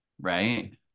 right